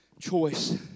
choice